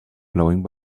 blowing